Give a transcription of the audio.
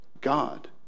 God